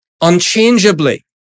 unchangeably